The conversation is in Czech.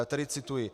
Tedy cituji: